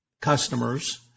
customers –